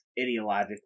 ideologically